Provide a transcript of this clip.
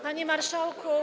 Panie Marszałku!